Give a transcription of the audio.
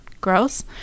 gross